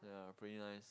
yeah pretty nice